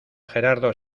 gerardo